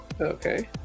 Okay